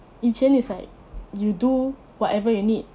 以前 is like you do whatever you need